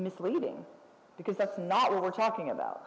misleading because that's not what we're tracking about